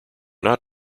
not